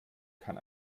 kann